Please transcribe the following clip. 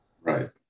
Right